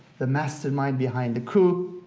the mastermind behind the coup.